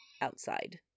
outside